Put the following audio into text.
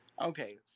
Okay